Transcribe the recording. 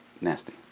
nasty